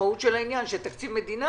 המשמעות של העניין היא שתקציב המדינה